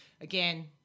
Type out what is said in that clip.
again